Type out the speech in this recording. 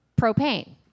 propane